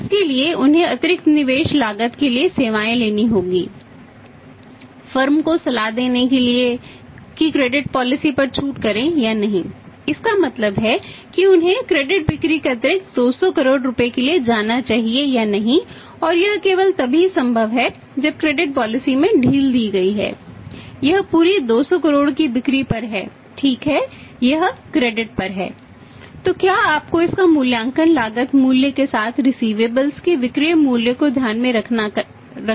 और इसके लिए उन्हें अतिरिक्त निवेश लागत के लिए सेवाएं लेनी होंगी फर्म के विक्रय मूल्य को ध्यान में रखकर करना है